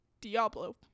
Diablo